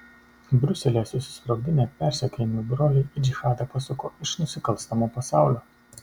briuselyje susisprogdinę persekiojami broliai į džihadą pasuko iš nusikalstamo pasaulio